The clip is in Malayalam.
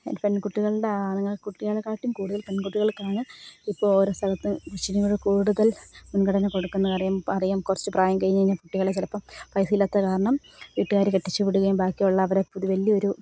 പെൺകുട്ടികളുടെ ആണുങ്ങൾ കുട്ടികളേക്കാട്ടിയും കൂടുതൽ പെൺകുട്ടികൾക്കാണ് ഇപ്പോൾ ഓരോ സ്ഥലത്തും കൂടുതൽ മുൻഗണന കൊടുക്കുന്നത് അറിയാം അറിയാം കുറച്ചു പ്രായം കഴിഞ്ഞ് കഴിഞ്ഞാൽ കുട്ടികളെ ചിലപ്പം പൈസ ഇല്ലാത്തതുകാരണം വീട്ടുകാർ കെട്ടിച്ചുവിടുകയും ബാക്കിയുള്ളവരെ ഇത് വലിയൊരു